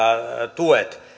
tuet